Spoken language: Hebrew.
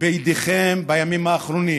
בידיכם בימים האחרונים.